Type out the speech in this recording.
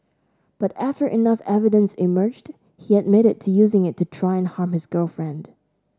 but after enough evidence emerged he admitted to using it to try and harm his girlfriend